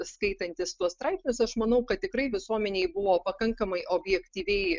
skaitantis tuos straipsnius aš manau kad tikrai visuomenei buvo pakankamai objektyviai